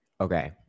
Okay